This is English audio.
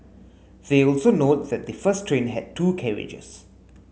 they also note that the first train had two carriages